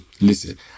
listen